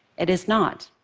it is not.